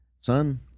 son